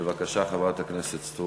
בבקשה, חברת הכנסת סטרוק.